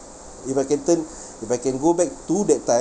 if I can turn if I can go back to that time